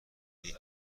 این